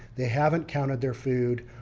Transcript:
they haven't counted their food.